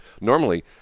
Normally